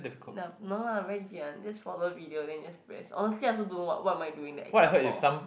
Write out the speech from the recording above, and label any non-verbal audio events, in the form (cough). nope no lah very easy one just follow video then you just press honestly I also don't know what what am I doing the excel for (noise)